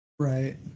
Right